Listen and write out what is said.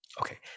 Okay